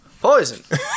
Poison